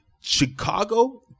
Chicago